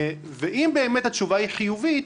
אם התשובה היא חיובית,